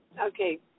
Okay